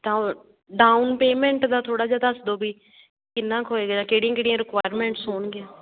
ਡਾਊ down payment ਦਾ ਥੋੜ੍ਹਾ ਜਿਹਾ ਦੱਸ ਦਿਉ ਵੀ ਕਿੰਨਾ ਕੁ ਹੋਏਗਾ ਜਾਂ ਕਿਹੜੀਆਂ ਕਿਹੜੀਆਂ ਰਿਕੁਆਇਰਮੈਂਟਸ ਹੋਣਗੀਆਂ